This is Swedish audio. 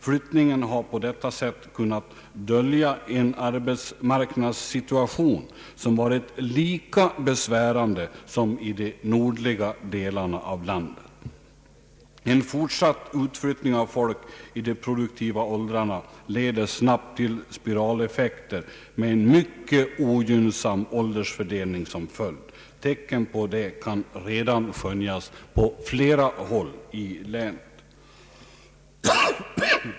Flyttningen har på detta sätt kunnat dölja en arbetsmarknadssituation som varit lika besvärande som i de nordliga delarna av landet. En fortsatt utflyttning av folk i de produktiva åldrarna leder snabbt till spiraleffekter med en mycket ogynnsam åldersfördelning som följd. Tecken på det kan redan skönjas på flera håll i länet.